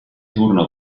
turno